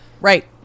Right